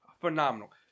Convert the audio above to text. phenomenal